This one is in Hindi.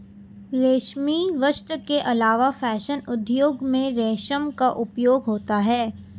रेशमी वस्त्र के अलावा फैशन उद्योग में रेशम का उपयोग होता है